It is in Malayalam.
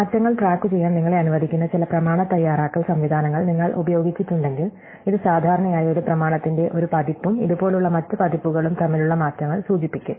മാറ്റങ്ങൾ ട്രാക്കുചെയ്യാൻ നിങ്ങളെ അനുവദിക്കുന്ന ചില പ്രമാണ തയ്യാറാക്കൽ സംവിധാനങ്ങൾ നിങ്ങൾ ഉപയോഗിച്ചിട്ടുണ്ടെങ്കിൽ ഇത് സാധാരണയായി ഒരു പ്രമാണത്തിന്റെ ഒരു പതിപ്പും ഇതുപോലുള്ള മറ്റ് പതിപ്പുകളും തമ്മിലുള്ള മാറ്റങ്ങൾ സൂചിപ്പിക്കും